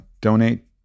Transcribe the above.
donate